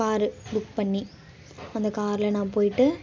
car book பண்ணி அந்த காரில் நான் போயிட்டு